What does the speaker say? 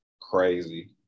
crazy